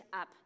up